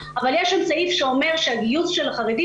אבל יש שם סעיף שאומר שהגיוס של החרדים